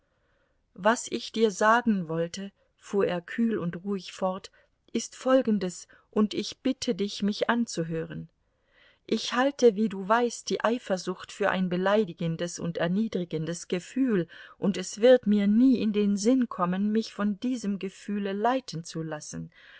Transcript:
was ich dir sagen wollte fuhr er kühl und ruhig fort ist folgendes und ich bitte dich mich anzuhören ich halte wie du weißt die eifersucht für ein beleidigendes und erniedrigendes gefühl und es wird mir nie in den sinn kommen mich von diesem gefühle leiten zu lassen